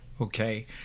okay